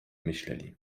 myśleli